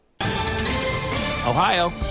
Ohio